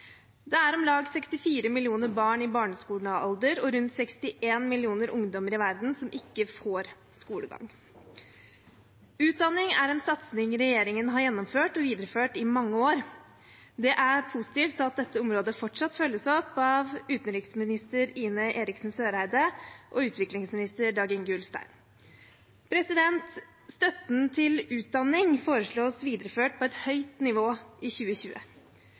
Det er om lag 64 millioner barn i barneskolealder og rundt 61 millioner ungdommer i verden som ikke får skolegang. Utdanning er en satsing regjeringen har gjennomført og videreført i mange år. Det er positivt at dette området fortsatt følges opp av utenriksminister Ine Eriksen Søreide og utviklingsminister Dag-Inge Ulstein. Støtten til utdanning foreslås videreført på et høyt nivå i 2020.